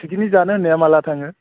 picnic जानो होननाया माला थाङो